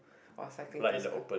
while cycling to school